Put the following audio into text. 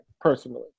personally